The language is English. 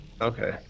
Okay